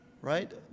right